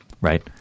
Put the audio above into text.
right